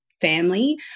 family